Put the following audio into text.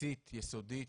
בסיסית יסודית,